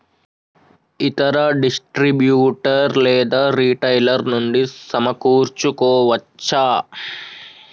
ఇతర డిస్ట్రిబ్యూటర్ లేదా రిటైలర్ నుండి సమకూర్చుకోవచ్చా?